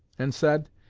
and said,